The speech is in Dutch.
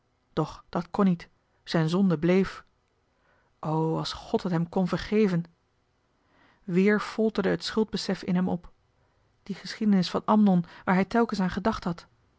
doch dat kon niet zijn zonde bleef o als god hèt hem kon vergeven weer folterde t schuldbesef in hem op die geschiedenis van amnon waar hij telkens aan gedacht had